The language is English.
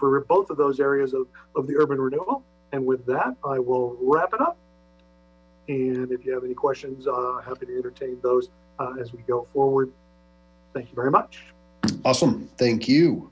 for both of those areas of the urban renewal and with that i will wrap it up and if you have any questions bieda those as we go forward thank you very much thank you